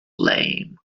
lame